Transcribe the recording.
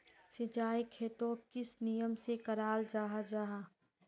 सिंचाई खेतोक किस नियम से कराल जाहा जाहा?